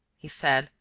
he said,